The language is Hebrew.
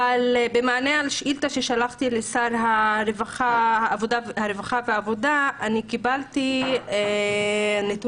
אבל במענה לשאילתה ששלחתי לשר הרווחה קיבלתי נתונים